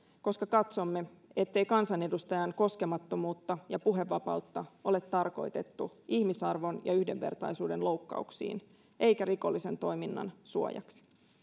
koska katsomme ettei kansanedustajan koskemattomuutta ja puhevapautta ole tarkoitettu ihmisarvon ja yhdenvertaisuuden loukkauksiin eikä rikollisen toiminnan suojaksi